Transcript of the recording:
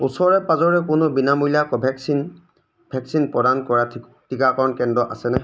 ওচৰে পাঁজৰে কোনো বিনামূলীয়া কোভেক্সিন ভেকচিন প্ৰদান কৰা টি টিকাকৰণ কেন্দ্ৰ আছেনে